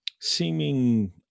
seeming